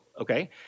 okay